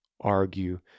argue